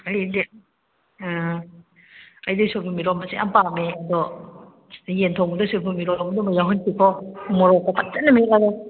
ꯍꯌꯦꯡꯗꯤ ꯎꯝ ꯑꯩꯗꯤ ꯁꯣꯏꯕꯨꯝ ꯏꯔꯣꯝꯕꯁꯦ ꯌꯥꯝ ꯄꯥꯝꯃꯦ ꯑꯗꯣ ꯌꯦꯟ ꯊꯣꯡꯕꯗ ꯁꯣꯏꯕꯨꯝ ꯏꯔꯣꯝꯕꯗꯨꯃ ꯌꯥꯎꯍꯟꯁꯤꯀꯣ ꯃꯣꯔꯣꯛꯀ ꯐꯖꯅ ꯃꯦꯠꯂꯒ